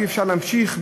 אי-אפשר להמשיך,